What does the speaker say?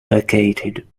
vacated